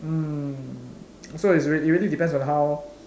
mm so it's it really depends on how